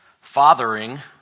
fathering